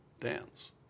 dance